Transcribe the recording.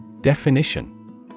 Definition